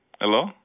Hello